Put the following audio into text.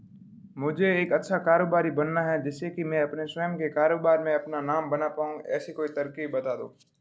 मुझे एक अच्छा कारोबारी बनना है जिससे कि मैं अपना स्वयं के कारोबार में अपना नाम बना पाऊं ऐसी कोई तरकीब पता दो?